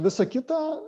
visa kita